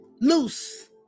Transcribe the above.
loose